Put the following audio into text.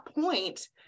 point